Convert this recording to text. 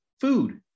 food